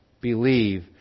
believe